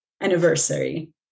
anniversary